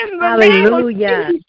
Hallelujah